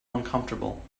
uncomfortable